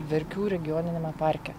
verkių regioniniame parke